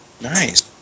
Nice